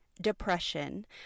depression